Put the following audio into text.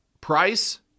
price